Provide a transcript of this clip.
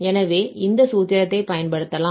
எனவே இந்த சூத்திரத்தை பயன்படுத்தப்படலாம்